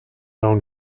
own